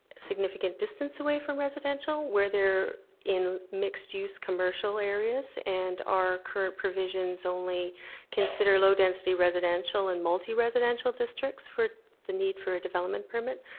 significant distance away from residential, where they're in mixed use commercial areas, and our current provisions only consider low density residential and multiresidential districts for the need for a development permit.